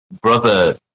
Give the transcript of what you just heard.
brother